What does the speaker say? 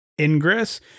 ingress